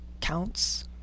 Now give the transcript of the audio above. counts